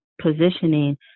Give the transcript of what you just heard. positioning